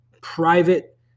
Private